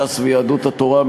ש"ס ויהדות התורה,